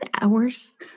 hours